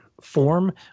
Form